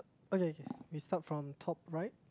oh yea yea we stop from top right